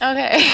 Okay